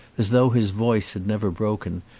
as though his voice had never broken,